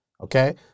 Okay